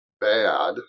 bad